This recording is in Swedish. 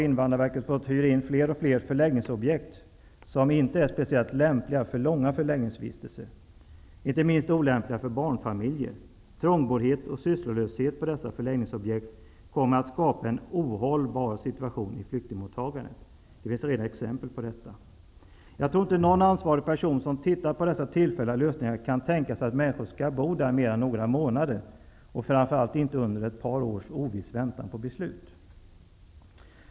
Invandrarverket fått hyra in fler och fler förläggningsobjekt som inte är speciellt lämpliga för långa förläggningsvistelser, inte minst olämpliga för barnfamiljer. Trångboddheten och sysslolösheten på dessa förläggningar kommer att skapa en ohållbar situation i flyktingmottagandet. Det finns redan exempel på detta. Jag tror inte att någon ansvarig person som tittar på dessa tillfälliga lösningar kan tänka sig att människor skall bo där mer än några månader och framför allt inte under ett par års oviss väntan på beslut.